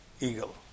eagle